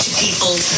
people